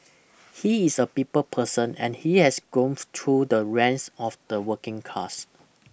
he is a people person and he has grown through the ranks of the working class